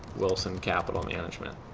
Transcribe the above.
wilson capital management.